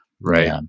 Right